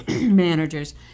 managers